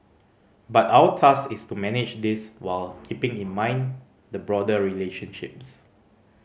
but our task is to manage this while keeping in mind the broader relationships